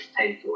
takeaway